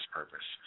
purpose